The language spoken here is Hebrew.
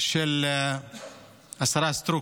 של השרה סטרוק,